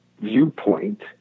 viewpoint